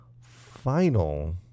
final